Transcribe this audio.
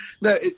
No